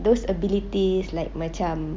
those abilities like macam